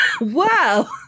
wow